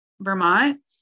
Vermont